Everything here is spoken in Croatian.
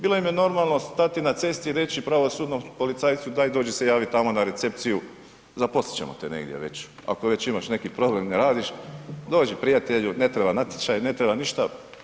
Bilo im je normalno stati na cesti i reći pravosudnom policajcu daj dođi se javi tamo na recepciju, zaposlit ćemo te negdje već, ako već imaš neki problem, ne radiš, dođi prijatelju, ne treba natječaj, ne treba ništa.